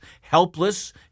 helpless